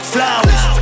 Flowers